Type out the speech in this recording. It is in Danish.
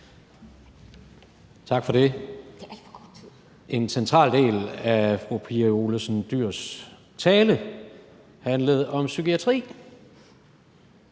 Tak for det. En central del af fru Pia Olsen Dyhrs tale handlede om psykiatrien